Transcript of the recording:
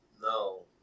No